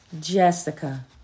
Jessica